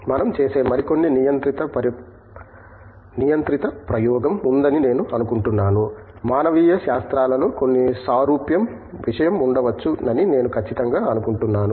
మనం చేసే మరికొన్ని నియంత్రిత ప్రయోగం ఉందని నేను అనుకుంటున్నాను మానవీయ శాస్త్రాలలో కొన్ని సారూప్యం విషయం ఉండవచ్చునని నేను ఖచ్చితంగా అనుకుంటున్నాను